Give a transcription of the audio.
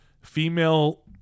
female